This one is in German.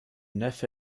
neffe